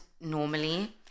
normally